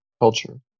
culture